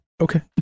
Okay